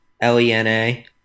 L-E-N-A